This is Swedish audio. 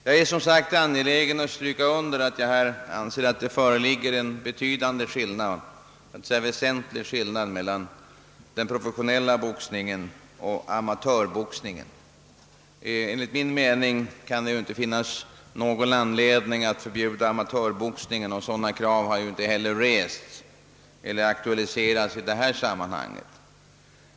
Jag är som sagt angelägen om att stryka under att jag anser att det föreligger en väsentlig skillnad mellan den professionella boxningen och amatörboxningen. Enligt min mening kan det inte finnas någon anledning att förbjuda amatörboxningen, och krav på sådant förbud har ju inte heller rests eller aktualiserats i detta sammanhang.